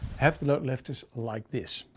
half the load lift is like this.